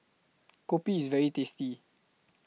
Kopi IS very tasty